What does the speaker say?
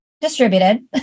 distributed